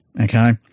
Okay